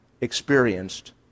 experienced